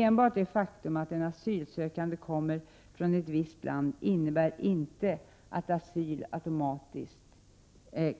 Enbart det faktum att den asylsökande kommer från ett visst land innebär inte att asyl automatiskt